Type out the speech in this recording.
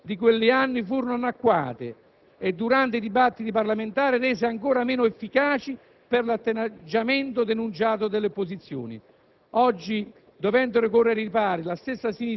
Il risultato finale fu che le leggi di quegli anni furono annacquate e, durante i dibattiti parlamentari, rese ancor meno efficaci per l'atteggiamento denunciato delle opposizioni.